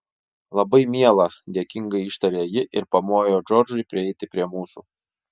labai miela dėkingai ištarė ji ir pamojo džordžui prieiti prie mūsų